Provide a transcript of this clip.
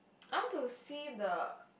I want to see the